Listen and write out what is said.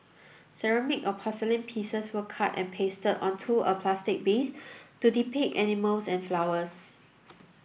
ceramic or porcelain pieces were cut and pasted onto a plaster base to depict animals and flowers